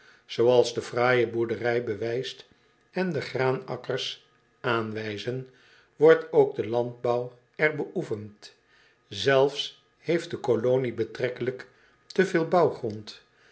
zooals de fraaije boerderij bewijst en de graanakkers aanwijzen wordt ook de landbouw er beoefend zelfs heeft de colonie betrekkelijk te veel bouwgrond